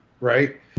right